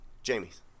Jamie's